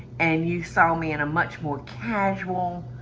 and you saw me in a much more casual.